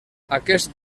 aquest